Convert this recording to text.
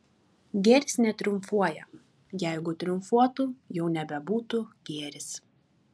gėris netriumfuoja jeigu triumfuotų jau nebebūtų gėris